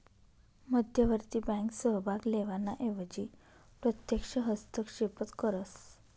मध्यवर्ती बँक सहभाग लेवाना एवजी प्रत्यक्ष हस्तक्षेपच करस